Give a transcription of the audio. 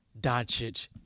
Doncic